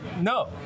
No